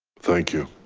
thank you.